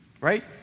right